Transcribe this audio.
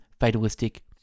fatalistic